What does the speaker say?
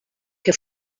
que